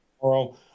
tomorrow